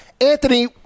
Anthony